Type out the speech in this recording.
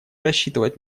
рассчитывать